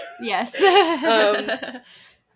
Yes